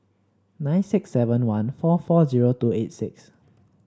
nine six seven one four four zero two eight six